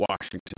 Washington